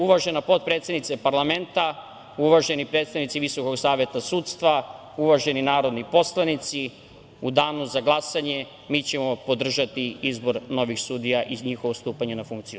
Uvažena potpredsednice parlamenta, uvaženi predstavnici VSS, uvaženi narodni poslanici, u danu za glasanje mi ćemo podržati izbor novih sudija i njihovo stupanje na funkciju.